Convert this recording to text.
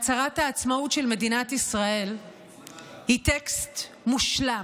הצהרת העצמאות של מדינת ישראל היא טקסט מושלם,